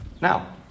Now